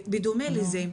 בדומה לזה,